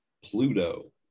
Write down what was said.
Pluto